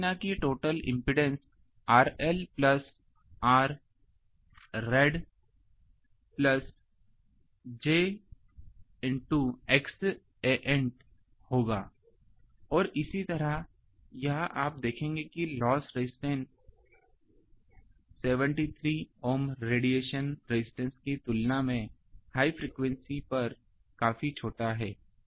तो ऐन्टेना की total impedance RL Rrad jXant होगा और इसी तरह यह आप देखेंगे कि loss resistance 73 ohm radiation resistance की तुलना में हाई फ्रीक्वेंसी पर काफी छोटा है